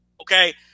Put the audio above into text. Okay